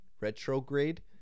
Retrograde